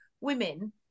women